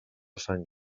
sant